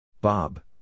Bob